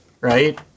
right